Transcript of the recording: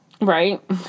Right